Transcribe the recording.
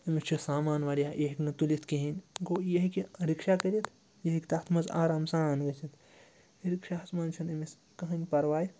أمِس چھُ سامان واریاہ یہِ ہیٚکہِ نہٕ تُلِتھ کِہیٖنۍ گوٚو یہِ ہیٚکہِ رِکشا کٔرِتھ یہِ ہیٚکہِ تَتھ منٛز آرام سان گٔژھِتھ رِکشاہَس منٛز چھِنہٕ أمِس کٕہۭنۍ پَرواے